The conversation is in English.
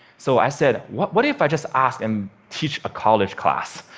so i said, what what if i just ask and teach a college class?